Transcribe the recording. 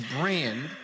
brand